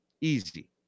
Easy